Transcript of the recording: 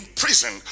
prison